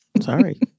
Sorry